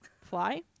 Fly